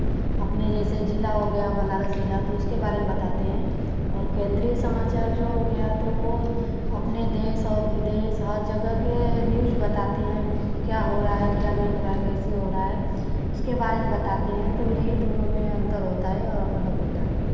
अपने जैसे जिला हो गया बनारस जिला तो उसके बारे में बताते हैं और केंद्रीय समाचार जो हो गया तो अपने देश और विदेश हर जगह के न्यूज बताते हैं क्या हो रहा है क्या नहीं हो रहा है कैसे हो रहा है उसके बारे में बताते हैं तो यही दोनों में अंतर होता है और अलग होता है